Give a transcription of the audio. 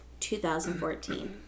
2014